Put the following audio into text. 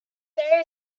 there